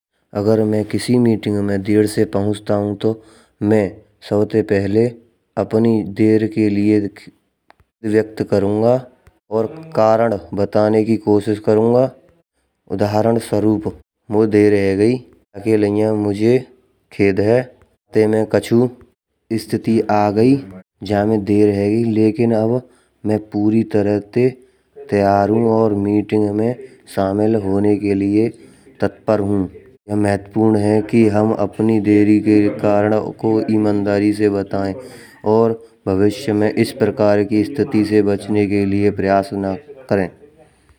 अगर मैं किसी मीटिंग में देर से पहुँचता हूँ तो मैं सबसे पहले अपनी देर के लिए खेद व्यक्त करूँगा, और कारण बताने की कोशिश करूँगा। उदाहरण स्वरूप मय देर ह गई वाके लिए मुझे खेद है, ते मा कछु स्थिती आ गई, लेकिन अब मैं पूरी तरह ते तैयार हूँ और मीटिंग में शामिल होने के लिए तत्पर हूँ। यह महत्वपूर्ण है कि हम अपनी देरी के कारणों को ईमानदारी से बताएं और भविष्य में इस प्रकार की स्थिति से बचने के लिए प्रयास ना करें।